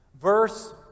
verse